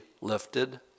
lifted